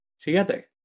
together